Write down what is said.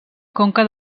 conca